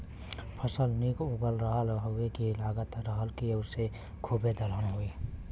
फसल निक उगल रहल हउवे की लगत रहल की असों खूबे दलहन होई